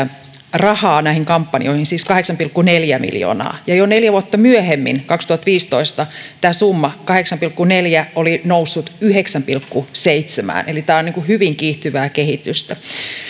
rahaa näihin kampanjoihin siis kahdeksan pilkku neljä miljoonaa ja jo neljä vuotta myöhemmin kaksituhattaviisitoista tämä summa kahdeksan pilkku neljä oli noussut yhdeksään pilkku seitsemään eli tämä on hyvin kiihtyvää kehitystä